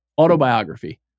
autobiography